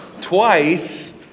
twice